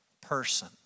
person